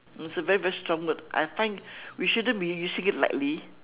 it's a very very strong word I find we shouldn't be using it lightly